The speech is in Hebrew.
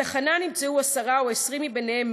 "בתחנה נמצאו עשרה או 20 מהם,